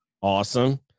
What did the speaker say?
Awesome